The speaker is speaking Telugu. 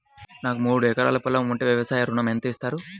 నాకు మూడు ఎకరాలు పొలం ఉంటే వ్యవసాయ ఋణం ఎంత ఇస్తారు?